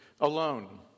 alone